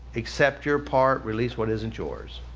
accept your part. release what isn't yours.